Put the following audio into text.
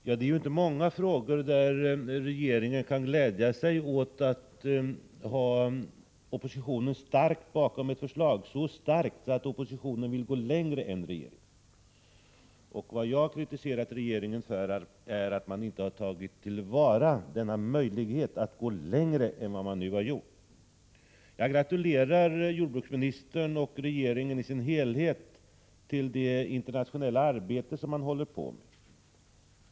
Herr talman! Det är ju inte i många frågor som regeringen kan glädja sig åt att ha oppositionen i så stor utsträckning med sig bakom ett förslag, att oppositionen t.o.m. vill gå längre än regeringen. Vad jag har kritiserat regeringen för är att man inte har tagit till vara denna möjlighet att gå längre än vad man nu har gjort. Jag gratulerar jordbruksministern och regeringen som helhet när det gäller det internationella arbete som man håller på med.